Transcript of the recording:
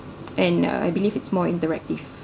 and uh I believe it's more interactive